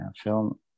film